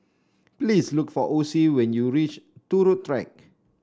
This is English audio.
please look for Ocie when you reach Turut Track